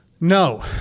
No